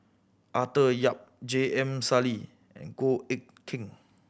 Arthur Yap J M Sali and Goh Eck Kheng